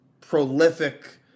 prolific